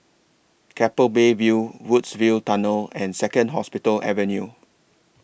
Keppel Bay View Woodsville Tunnel and Second Hospital Avenue